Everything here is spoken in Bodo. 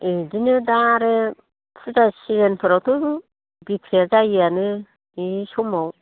बिदिनो दा आरो फुजा सिजेनफ्रावथ' बिख्रिया जायोआनो बे समाव